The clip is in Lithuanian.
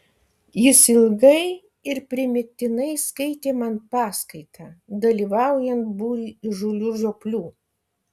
jis ilgai ir primygtinai skaitė man paskaitą dalyvaujant būriui įžūlių žioplių